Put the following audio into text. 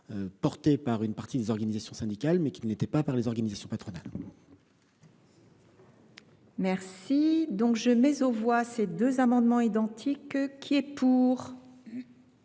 portée par une partie des organisations syndicales, mais qui ne l’était pas par les organisations patronales. Je mets aux voix les amendements identiques n 38 et 96.